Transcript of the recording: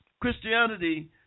Christianity